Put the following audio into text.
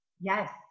Yes